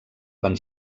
van